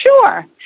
sure